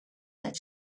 that